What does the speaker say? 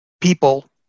people